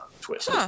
twist